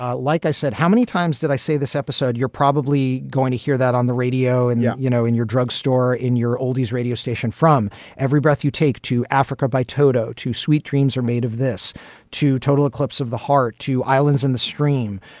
ah like i said, how many times did i say this episode? you're probably going to hear that on the radio and, yeah you know, in your drugstore, in your oldies radio station, from every breath you take to africa by toto to sweet dreams are made of this to total eclipse of the heart, to islands in the stream,